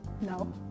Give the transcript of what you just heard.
No